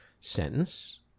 sentence